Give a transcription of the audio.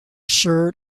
shirt